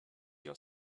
your